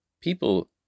people